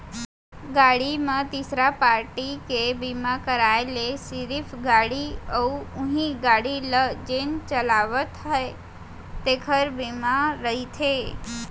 गाड़ी म तीसरा पारटी के बीमा कराय ले सिरिफ गाड़ी अउ उहीं गाड़ी ल जेन चलावत हे तेखर बीमा रहिथे